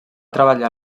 treballar